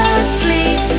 asleep